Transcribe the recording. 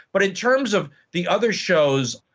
but in terms of the other shows,